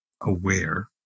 aware